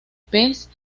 pez